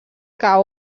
que